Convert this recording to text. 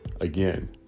again